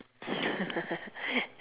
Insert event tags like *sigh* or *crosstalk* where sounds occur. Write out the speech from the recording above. *laughs*